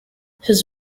his